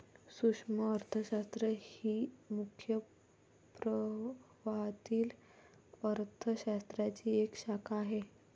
सूक्ष्म अर्थशास्त्र ही मुख्य प्रवाहातील अर्थ शास्त्राची एक शाखा आहे